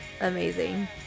amazing